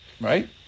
right